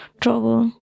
trouble